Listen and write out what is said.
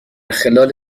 خلال